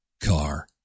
car